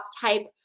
type